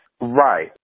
Right